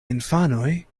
infanoj